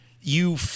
You-